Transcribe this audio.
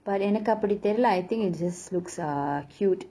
but எனக்கு அப்படி தெரியல:enaku appadi theriyala I think it just looks uh cute